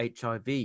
HIV